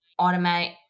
automate